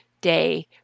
day